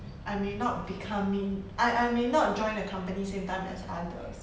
I may not be coming I I may not join the company same time as others